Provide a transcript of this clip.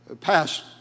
passed